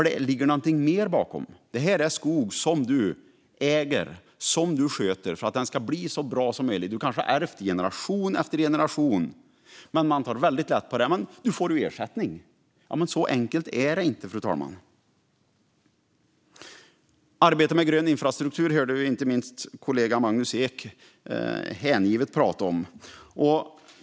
Det ligger någonting mer bakom. Detta är skog som du äger och sköter för att den ska bli så bra som möjligt. Det kanske har ärvts i generation efter generation, men man tar väldigt lätt på det. Du får ut ersättning, men så enkelt är det inte, fru talman. Vi hörde inte minst kollegan Magnus Ek hängivet tala om arbetet med grön infrastruktur.